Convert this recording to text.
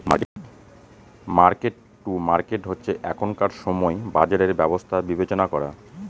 market to market হচ্ছে এখনকার সময় বাজারের ব্যবস্থা বিবেচনা করা